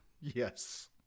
Yes